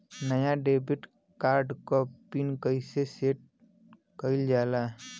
नया debit card क PIN कईसे सेट कईल जाला?